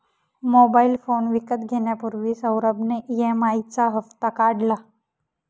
mobile phone विकत घेण्यापूर्वी सौरभ ने ई.एम.आई चा हप्ता काढला